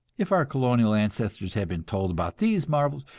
if our colonial ancestors had been told about these marvels,